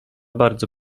bardzo